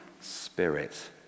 Spirit